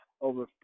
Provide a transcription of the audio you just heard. over